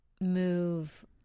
move